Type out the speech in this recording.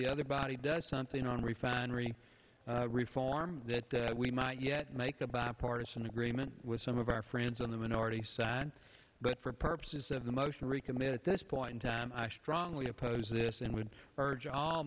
the other body does something on refinery reform that we might yet make a bipartisan agreement with some of our friends on the minority side but for purposes of the motion to recommit at this point in time i strongly oppose this and would urge